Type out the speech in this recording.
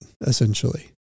essentially